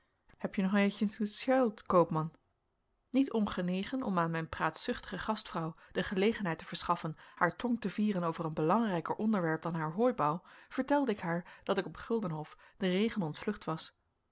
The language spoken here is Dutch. heb je nog ergens eschuild koopman niet ongenegen om aan mijn praatzuchtige gastvrouw de gelegenheid te verschaffen haar tong te vieren over een belangrijker onderwerp dan haar hooibouw vertelde ik haar dat ik op guldenhof den regen ontvlucht was